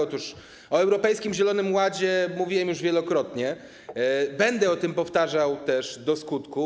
Otóż o Europejskim Zielonym Ładzie mówiłem już wielokrotnie i będę to powtarzał do skutku.